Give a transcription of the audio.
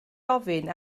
ofyn